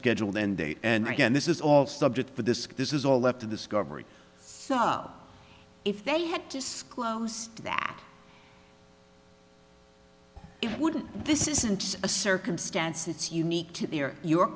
scheduled end date and again this is all subject for this this is all left to discovery so if they had disclosed that it wouldn't this isn't a circumstance it's unique to the er your